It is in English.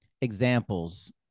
examples